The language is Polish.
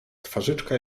twarzyczka